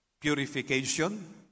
purification